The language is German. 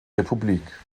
republik